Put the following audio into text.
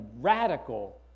radical